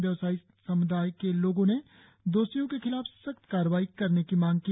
व्यवसायी सम्दाय के लोगों ने दोषियों के खिलाफ सख्त कार्रवाई करने की मांग की